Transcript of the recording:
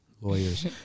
lawyers